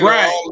Right